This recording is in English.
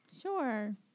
Sure